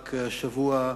רק השבוע,